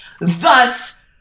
Thus